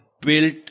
built